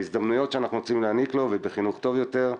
בהזדמנויות שאנחנו רוצים להעניק לו ובחינוך טוב יותר.